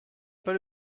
pas